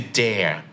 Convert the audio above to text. dare